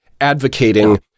advocating